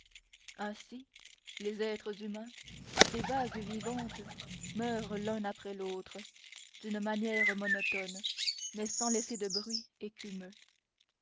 ainsi les êtres humains ces vagues vivantes meurent l'un après l'autre d'une manière monotone mais sans laisser de bruit écumeux